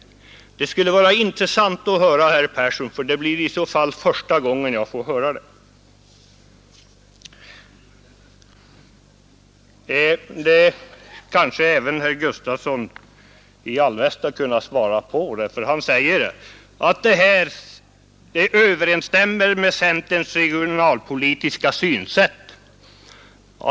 Det skulle vara intressant att höra herr Persson säga detta — det blir i så fall första gången jag får höra det. Det kanske även herr Gustavsson i Alvesta kunde svara på. Han säger att förslaget överensstämmer med centerpartiets regionalpolitiska synsätt.